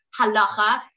halacha